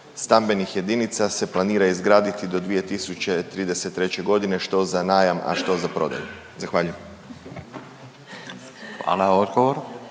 stambenih jedinica se planira izgraditi do 2033. g., što za najam, a što za prodaju? Zahvaljujem. **Radin,